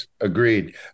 Agreed